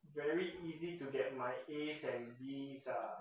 very easy to get my As and Bs ah